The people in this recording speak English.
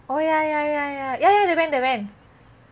oh ya ya ya ya they went they went